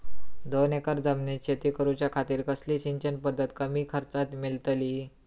दोन एकर जमिनीत शेती करूच्या खातीर कसली सिंचन पध्दत कमी खर्चात मेलतली?